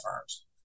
firms